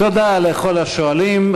תודה לכל השואלים.